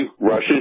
Russian